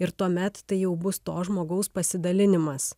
ir tuomet tai jau bus to žmogaus pasidalinimas